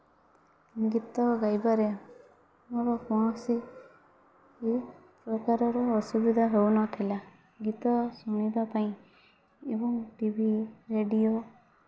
ଗୀତ ଗାଇବାରେ ମୋର କୌଣସି ପ୍ରକାରର ଅସୁବିଧା ହେଉନଥିଲା ଗୀତ ଶୁଣିବା ପାଇଁ ଏବଂ ଟିଭି ରେଡ଼ିଓ